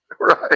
Right